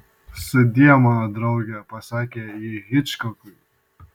sudie mano drauge pasakė ji hičkokui